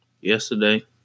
yesterday